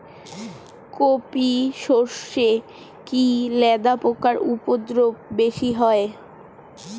কোপ ই সরষে কি লেদা পোকার উপদ্রব বেশি হয়?